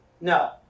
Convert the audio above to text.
No